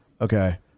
Okay